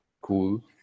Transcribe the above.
cool